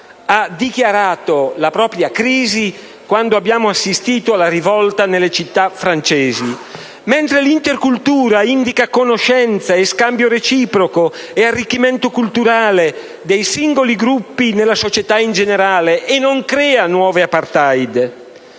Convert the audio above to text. ha dichiarato la propria crisi quando abbiamo assistito alla rivolta nelle città francesi, mentre l'intercultura indica conoscenza e scambio reciproco e arricchimento culturale dei singoli gruppi nella società in generale, e non crea nuove *apartheid*.